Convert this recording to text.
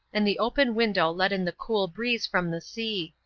and the open window let in the cool breeze from the sea.